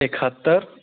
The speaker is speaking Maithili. एकहत्तरि